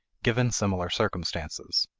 given similar circumstances.